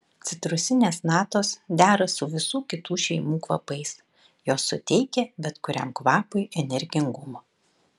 citrusinės natos dera su visų kitų šeimų kvapais jos suteikia bet kuriam kvapui energingumo